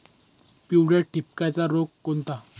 पिवळ्या ठिपक्याचा रोग कोणता?